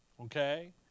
okay